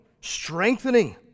strengthening